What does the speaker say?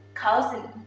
cousin.